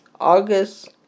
August